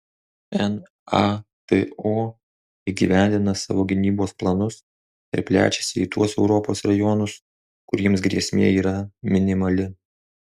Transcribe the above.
nato įgyvendina savo gynybos planus ir plečiasi į tuos europos rajonus kuriems grėsmė yra minimali